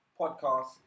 podcast